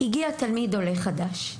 הגיע תלמיד עולה חדש.